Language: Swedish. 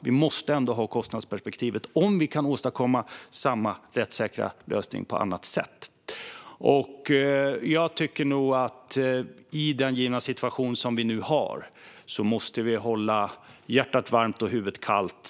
Vi måste ändå ha kostnadsperspektivet och se om vi kan åstadkomma samma rättssäkra lösning på annat sätt. I den givna situationen måste vi hålla hjärtat varmt och huvudet kallt.